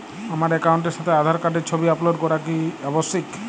আমার অ্যাকাউন্টের সাথে আধার কার্ডের ছবি আপলোড করা কি আবশ্যিক?